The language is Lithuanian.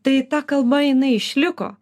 tai ta kalba jinai išliko